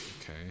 Okay